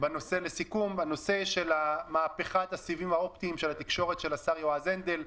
בנושא של מהפכת הסיבים האופטיים של התקשורת של השר יועז הנדל.